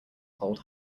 hold